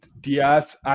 Diaz